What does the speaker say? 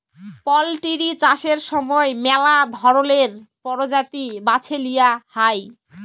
poultry চাষের সময় ম্যালা ধরলের পরজাতি বাছে লিঁয়া হ্যয়